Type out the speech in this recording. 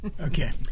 Okay